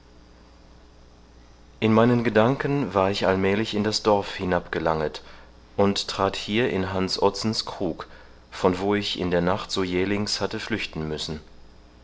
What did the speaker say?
in meinen gedanken war ich allmählich in das dorf hinabgelanget und trat hier in hans ottsens krug von wo ich in der nacht so jählings hatte flüchten müssen